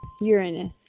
Uranus